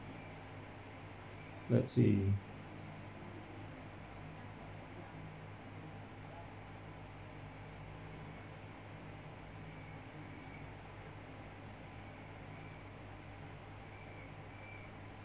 let's see